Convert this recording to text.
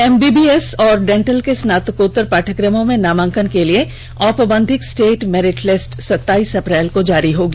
MBBS और dental के स्नातकोत्तर पाठक्रमों में नामांकन के लिए औपबंधिक स्टेट मेरिट लिस्ट सताईस अप्रैल को जारी होगी